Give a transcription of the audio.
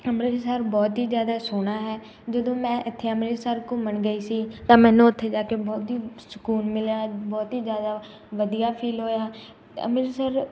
ਅੰਮ੍ਰਿਤਸਰ ਬਹੁਤ ਹੀ ਜ਼ਿਆਦਾ ਸੋਹਣਾ ਹੈ ਜਦੋਂ ਮੈਂ ਇੱਥੇ ਅੰਮ੍ਰਿਤਸਰ ਘੁੰਮਣ ਗਈ ਸੀ ਤਾਂ ਮੈਨੂੰ ਉੱਥੇ ਜਾ ਕੇ ਬਹੁਤ ਹੀ ਸਕੂਨ ਮਿਲਿਆ ਹੈ ਬਹੁਤ ਹੀ ਜ਼ਿਆਦਾ ਵਧੀਆ ਫੀਲ ਹੋਇਆ ਅੰਮ੍ਰਿਤਸਰ